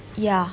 ya